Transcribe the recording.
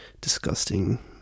disgusting